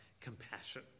compassion